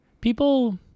People